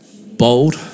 Bold